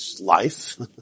life